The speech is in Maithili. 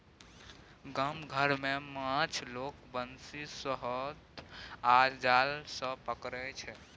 गाम घर मे माछ लोक बंशी, सोहथ आ जाल सँ पकरै छै